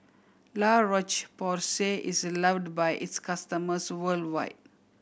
La Roche Porsay is loved by its customers worldwide